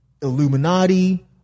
Illuminati